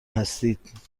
هستید